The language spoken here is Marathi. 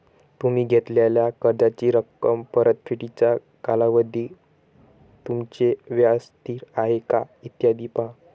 तुम्ही घेतलेल्या कर्जाची रक्कम, परतफेडीचा कालावधी, तुमचे व्याज स्थिर आहे का, इत्यादी पहा